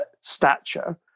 stature